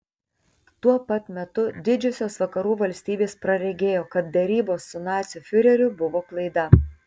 tuo pat metu didžiosios vakarų valstybės praregėjo kad derybos su nacių fiureriu buvo klaida